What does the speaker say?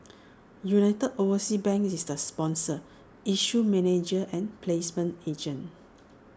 united overseas bank is the sponsor issue manager and placement agent